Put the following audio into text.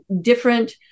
different